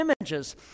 images